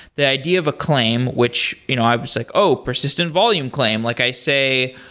the idea of a claim, which you know i was like, oh! persistent volume claim. like i say,